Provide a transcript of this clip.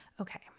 Okay